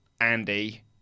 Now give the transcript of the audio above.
Andy